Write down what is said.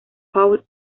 paul